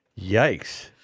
Yikes